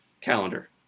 calendar